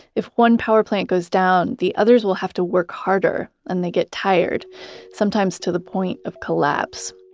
if one power plant goes down, the others will have to work harder and they get tired sometimes to the point of collapse.